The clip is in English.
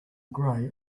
gray